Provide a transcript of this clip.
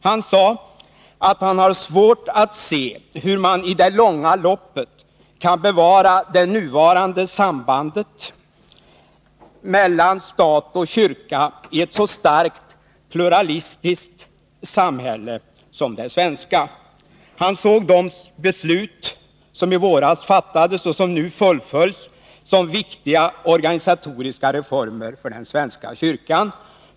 Han sade att han hade svårt att se hur man i det långa loppet kan bevara det nuvarande sambandet mellan stat och kyrka i ett så starkt pluralistiskt samhälle som det svenska. Han såg de beslut som i våras fattades och som nu fullföljs, som viktiga organisatoriska reformer för svenska kyrkan.